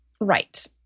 Right